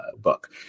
book